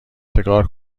چکار